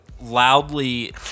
loudly